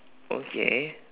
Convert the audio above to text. okay